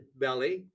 belly